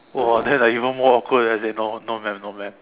!wah! then I even more awkward eh I say no no maam no maam